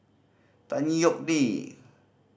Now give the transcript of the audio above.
Tan Yeok Nee